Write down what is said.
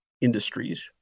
industries